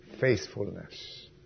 faithfulness